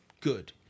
good